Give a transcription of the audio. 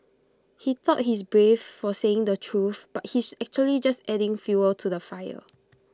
he thought he's brave for saying the truth but he's actually just adding fuel to the fire